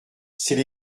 c’est